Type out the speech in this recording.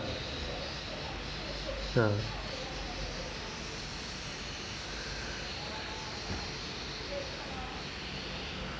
mm